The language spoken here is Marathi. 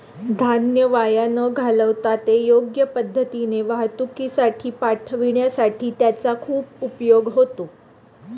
धान्य वाया न घालवता ते योग्य पद्धतीने वाहतुकीसाठी पाठविण्यासाठी त्याचा खूप उपयोग होतो